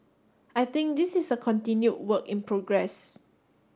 I think this is a continued work in progress